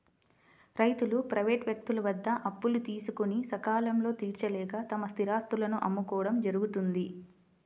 రైతులు ప్రైవేటు వ్యక్తుల వద్ద అప్పులు తీసుకొని సకాలంలో తీర్చలేక తమ స్థిరాస్తులను అమ్ముకోవడం జరుగుతోంది